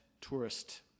tourist